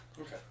Okay